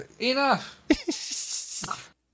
Enough